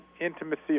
intimacy